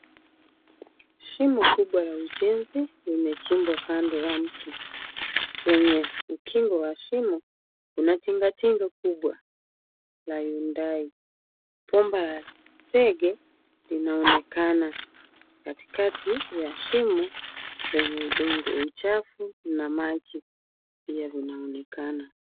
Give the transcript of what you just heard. Shimo kubwa la ujenzi limechimbwa kando ya mto. Kwenye ukingo wa shimo kuna tinga tinga kubwa la Hyundai. Bomba la zege linaonekana katikati ya shimo lenye udongo. Uchafu na maji pia vinaonekana.